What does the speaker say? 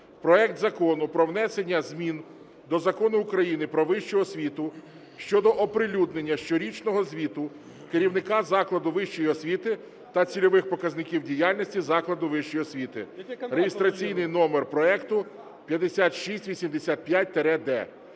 проект Закону про внесення змін до Закону України "Про вищу освіту" щодо оприлюднення щорічного звіту керівника закладу вищої освіти та цільових показників діяльності закладу вищої освіти (реєстраційний номер проекту 5685-д).